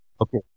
Okay